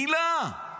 מילה.